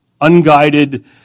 unguided